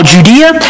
Judea